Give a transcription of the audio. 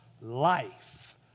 life